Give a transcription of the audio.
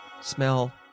smell